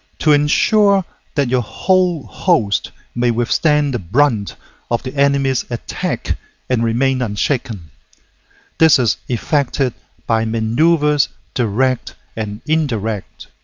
to ensure that your whole host may withstand the brunt of the enemy's attack and remain unshaken this is effected by maneuvers direct and indirect.